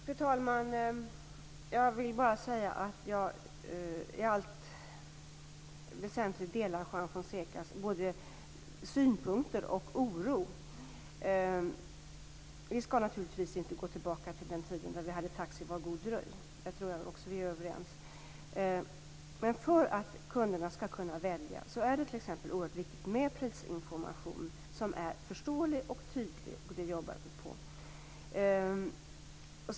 Fru talman! Jag vill bara säga att jag i allt väsentligt delar både Juan Fonsecas synpunkter och hans oro. Vi skall naturligtvis inte gå tillbaka till den tiden då vi hade "Taxi, var god dröj". Jag tror att vi är överens om det. Men för att kunderna skall kunna välja är det oerhört viktigt med t.ex. prisinformation, som är förståelig och tydlig, och det jobbar vi med.